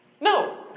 No